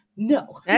No